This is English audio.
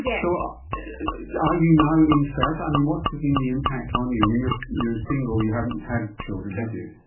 yeah so are you now infertile? what has so been the impact on you? and and you're you're single, you haven't had children, have you?